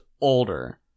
older